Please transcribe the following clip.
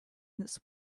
this